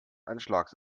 anschlags